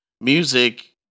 music